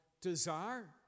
desire